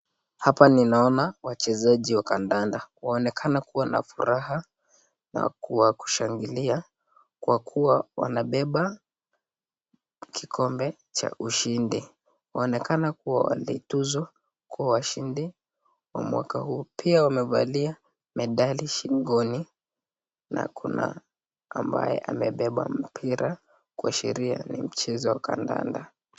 Hapa ninaona wachezaji wa kandanda waonekana kuwa na furaha kwa kushangilia kwa kuwa wanabeba kikombe cha ushindi. Waonekana kuwa walituzwa kuwa washindi wa mwaka huu pia washindi wamevalia medali shingoni na kuna ambaye amebeba mpira kwa sheria ni mpira wa kandanda.